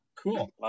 cool